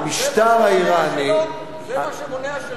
זה מה שמונע שלום?